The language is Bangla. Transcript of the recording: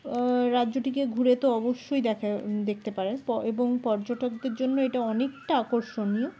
রাজ্যটিকে ঘুরে তো অবশ্যই দেখা দেখতে পারেন এবং পর্যটকদের জন্য এটা অনেকটা আকর্ষণীয়